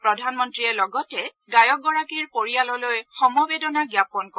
প্ৰধানমন্ত্ৰীয়ে লগতে গায়কগৰাকীৰ পৰিয়াললৈ সমবেদনা জ্ঞাপন কৰে